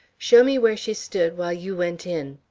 show me where she stood while you went in.